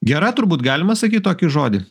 gera turbūt galima sakyt tokį žodį